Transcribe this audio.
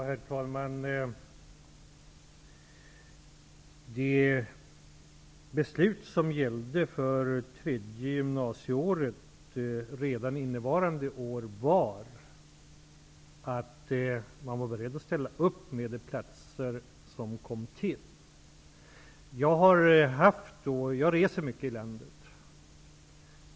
Herr talman! I det beslut som gällde det tredje gymnasieåret redan innevarande budgetår förutsattes det att man var beredd att ställa upp med de platser som kom till. Jag reser mycket i landet.